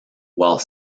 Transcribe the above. while